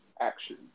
action